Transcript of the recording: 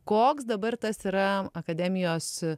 koks dabar tas yra akademijos